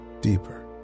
deeper